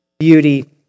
beauty